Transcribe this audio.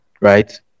right